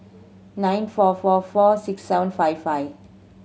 nine four four four six seven five five